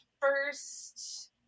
first